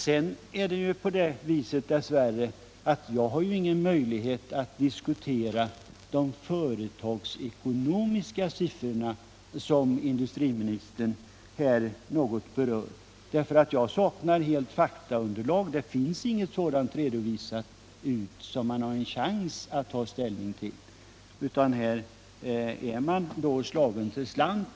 Sedan är det dess värre så att jag inte har några möjligheter att diskutera de företagsekonomiska siffror som industriministern här något berör, därför att Jag saknar helt faktaunderlag. Det finns inte något sådant underlag redovisat som man kan va ställning till, utan här är man slagen till slant.